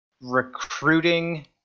recruiting